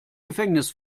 gefängnis